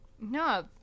no